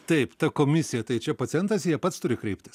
taip ta komisija tai čia pacientas į ją pats turi kreiptis